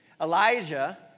Elijah